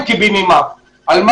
תראו מה קורה בדנמרק, לא